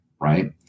right